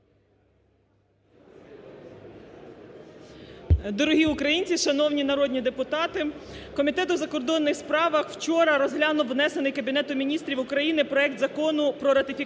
Дорогі українці, шановні народні депутати, Комітет у закордонних справах вчора розглянув внесений Кабінетом Міністрів України проект Закону про ратифікацію